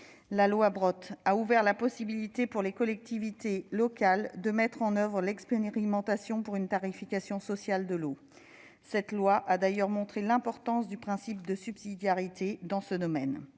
la loi Brottes a ouvert la possibilité pour les collectivités locales de mettre en oeuvre l'expérimentation pour une tarification sociale de l'eau. Cette loi a d'ailleurs montré l'importance du principe de subsidiarité dans ce domaine.